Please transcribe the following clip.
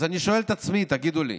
אז אני שואל את עצמי: תגידו לי,